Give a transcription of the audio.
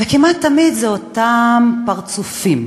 וכמעט תמיד זה אותם פרצופים,